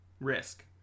Risk